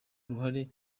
uruhare